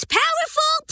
powerful